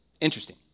Interesting